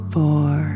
four